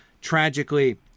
tragically